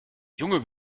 junge